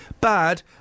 bad